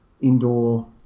indoor